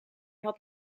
had